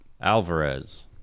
Alvarez